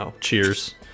cheers